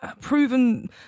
proven